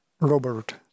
Robert